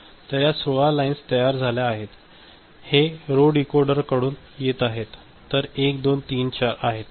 तर या 16 लाईन्स तयार झाल्या आहेत हे रो डिकोडरकडून येत आहे तर 1 2 3 4 आहेत